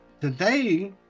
Today